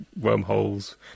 wormholes